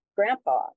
grandpa